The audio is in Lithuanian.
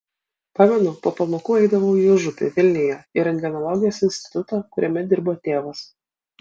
pamenu po pamokų eidavau į užupį vilniuje į rentgenologijos institutą kuriame dirbo tėvas